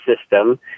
system